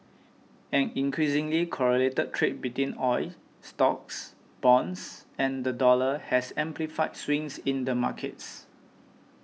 an increasingly correlated trade between oil stocks bonds and the dollar has amplified swings in the markets